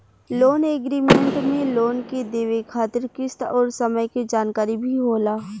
loan agreement में loan के देवे खातिर किस्त अउर समय के जानकारी भी होला